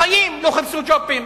בחיים לא חיפשו ג'ובים.